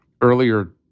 earlier